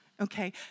okay